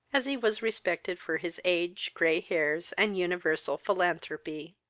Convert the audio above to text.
as he was respected for his age, grey hairs, and universal philanthropy.